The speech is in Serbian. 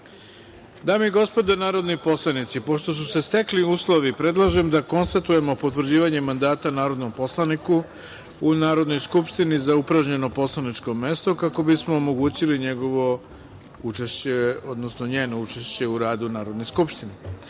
i gospodo narodni poslanici, pošto su se stekli uslovi, predlažem da konstatujemo potvrđivanje mandata narodnom poslaniku u Narodnoj skupštini za upražnjeno poslaničko mesto kako bismo omogućili njegovo učešće u radu Narodne skupštine. Uručena